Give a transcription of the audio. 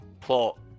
plot